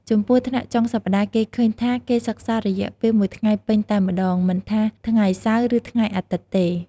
ចំំពោះថ្នាក់់ចុងសប្ដាហ៍គេឃើញថា គេសិក្សារយៈពេលមួយថ្ងៃពេញតែម្តង មិនថាថ្ងៃសៅរ៍ ឬថ្ងៃអាទិត្យទេ។